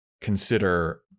consider